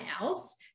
else